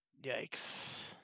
Yikes